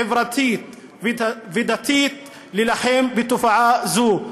חברתית ודתית, להילחם בתופעה זו.